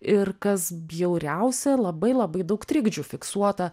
ir kas bjauriausia labai labai daug trikdžių fiksuota